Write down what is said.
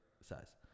size